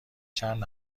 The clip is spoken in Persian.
چند